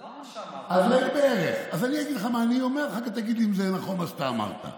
לא, זה לא מה שאמרתי.